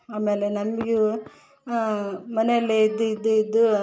ಆಮೇಲೆ ನನ್ಗೂ ಮನೆಯಲ್ಲೇ ಇದ್ದೂ ಇದ್ದೂ ಇದ್ದೂ